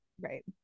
right